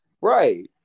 Right